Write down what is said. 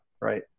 right